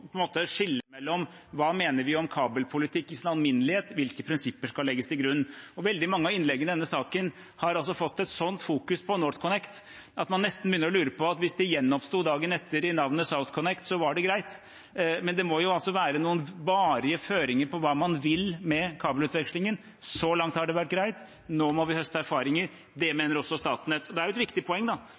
mener om kabelpolitikken i sin alminnelighet, og hvilke prinsipper som skal legges til grunn. I veldig mange av innleggene i denne saken fokuseres det slik på NorthConnect at man nesten begynner å lure på at hvis det gjenoppsto dagen etter med navnet SouthConnect, var det greit. Det må være noen varige føringer på hva man vil med kabelutvekslingen. Så langt har det vært greit. Nå må vi høste erfaringer, det mener også Statnett. Det er jo et viktig poeng